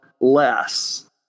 less